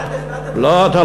אל תשווה,